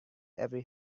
every